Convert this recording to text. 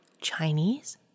Chinese